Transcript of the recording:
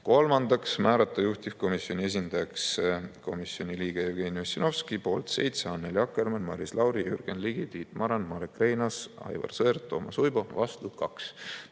Kolmandaks, määrata juhtivkomisjoni esindajaks komisjoni liige Jevgeni Ossinovski. 7 poolt: Annely Akkermann, Maris Lauri, Jürgen Ligi, Tiit Maran, Marek Reinaas, Aivar Sõerd ja Toomas Uibo, 2 vastu: